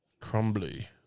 Crumbly